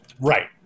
Right